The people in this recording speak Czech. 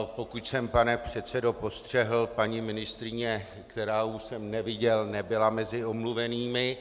Pokud jsem, pane předsedo, postřehl, paní ministryně, kterou jsem neviděl, nebyla mezi omluvenými.